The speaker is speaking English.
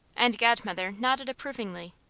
and godmother nodded approvingly.